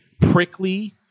prickly